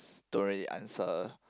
don't really answer